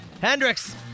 Hendrix